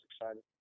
excited